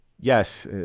yes